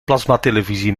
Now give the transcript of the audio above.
plasmatelevisie